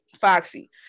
Foxy